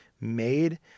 made